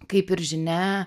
kaip ir žinia